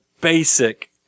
basic